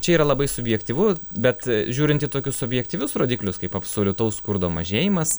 čia yra labai subjektyvu bet žiūrint į tokius objektyvius rodiklius kaip absoliutaus skurdo mažėjimas